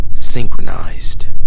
synchronized